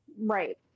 Right